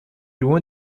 loin